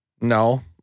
No